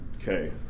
Okay